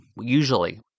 usually